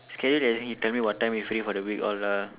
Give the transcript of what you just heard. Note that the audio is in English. schedule then he tell me what time he free for the week all lah